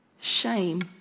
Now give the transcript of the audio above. shame